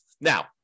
Now